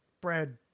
bread